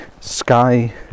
sky